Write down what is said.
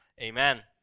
amen